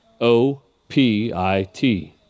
OPIT